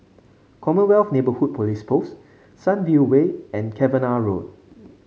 Commonwealth Neighbourhood Police Post Sunview Way and Cavenagh Road